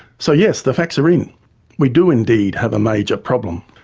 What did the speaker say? so yes, the facts are in we do indeed have a major problem.